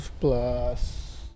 plus